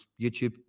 YouTube